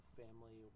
family